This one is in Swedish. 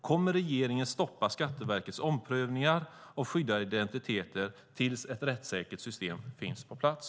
Kommer regeringen att stoppa Skatteverkets omprövningar av skyddade identiteter tills ett rättssäkert system finns på plats?